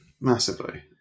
Massively